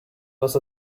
was